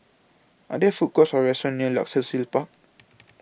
Are There Food Courts Or restaurants near Luxus Hill Park